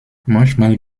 manchmal